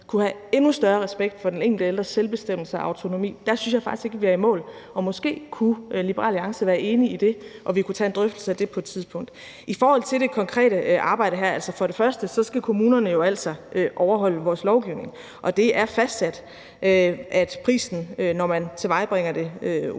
kunne have endnu større respekt for den enkelte ældres selvbestemmelse og autonomi. Der synes jeg faktisk ikke vi er i mål. Og måske kunne Liberal Alliance være enig i det, og vi kunne tage en drøftelse af det på et tidspunkt. I forhold til det konkrete arbejde her vil jeg sige: For det første skal kommunerne jo altså overholde vores lovgivning, og det er fastsat, at prisen – når man tilvejebringer det frie